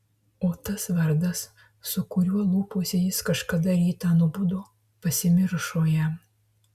o tas vardas su kuriuo lūpose jis kažkada rytą nubudo pasimiršo jam